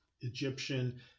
Egyptian